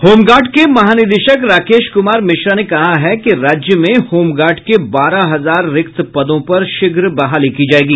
home guard के महानिदेशक राकेश कुमार मिश्रा ने कहा है कि राज्य में होमगार्ड के बारह हजार रिक्त पदों पर शीघ्र बहाली की जायगी